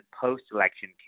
post-election